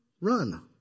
run